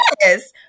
Yes